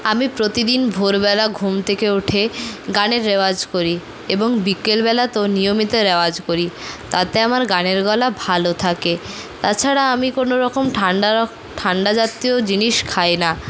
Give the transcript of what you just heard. আমি প্রতিদিন ভোরবেলা ঘুম থেকে উঠে গানের রেওয়াজ করি এবং বিকেল বেলাতেও নিয়মিত রেওয়াজ করি তাতে আমার গানের গলা ভালো থাকে তাছাড়া আমি কোনোরকম ঠান্ডার ঠান্ডা জাতীয় জিনিস খাই না